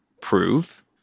prove